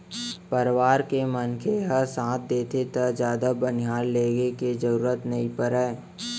परवार के मनखे ह साथ देथे त जादा बनिहार लेगे के जरूरते नइ परय